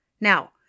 Now